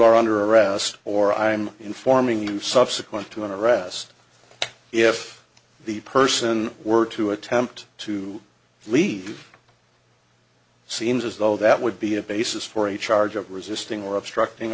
are under arrest or i'm informing you subsequent to an arrest if the person were to attempt to leave seems as though that would be a basis for a charge of resisting or obstructing